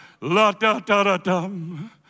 La-da-da-da-dum